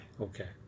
Okay